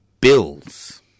bills